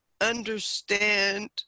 understand